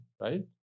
right